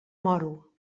moro